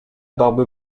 barbe